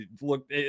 look